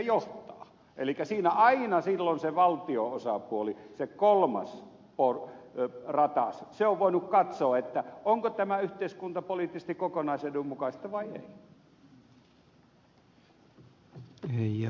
elikkä siinä aina silloin se valtio osapuoli se kolmas ratas on voinut katsoa onko tämä yhteiskuntapoliittisesti kokonaisedun mukaista vai ei